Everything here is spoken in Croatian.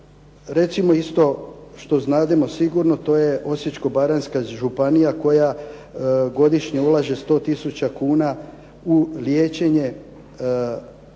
recimo isto što znademo sigurno to je Osječko-baranjska županija koja godišnje ulaze 100 tisuća kuna u liječenje